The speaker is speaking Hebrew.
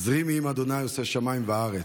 עזרי מעם ה' עושה שמים וארץ.